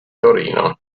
torino